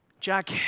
Jack